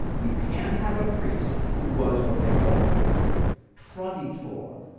you can't have a priest who was what they called a traditor.